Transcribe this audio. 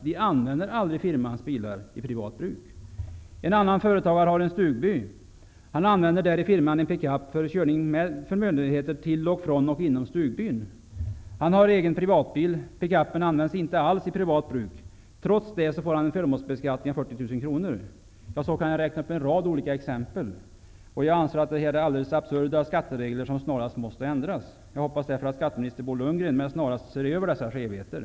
De använder aldrig firmans bilar i privat bruk. En annan företagare har en stugby. Han använder i firman en pick-up för körning av förnödenheter till och från samt inom stugbyn. Han har en egen privatbil. Pick-up:en används inte alls i privat bruk. Trots detta får han en förmånsbeskattning av 40 000 kr. Jag kan räkna upp en rad olika exempel. Jag anser att detta är alldeles absurda skatteregler som snarast måste ändras. Jag hoppas därför att skatteminister Bo Lundgren med det snaraste ser över dessa skevheter.